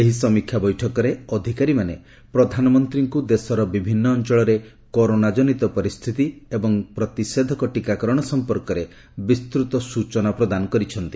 ଏହି ସମୀକ୍ଷା ବୈଠକରେ ଅଧିକାରୀମାନେ ପ୍ରଧାନମନ୍ତ୍ରୀଙ୍କୁ ଦେଶର ବିଭିନ୍ନ ଅଞ୍ଚଳରେ କରୋନା ଜନିତ ପରିସ୍ଥିତି ଏବଂ ପ୍ରତିଷେଧକ ଟିକାକରଣ ସମ୍ପର୍କରେ ବିସ୍ତୃତ ସୂଚନା ପ୍ରଦାନ କରିଥିଲେ